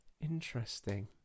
Interesting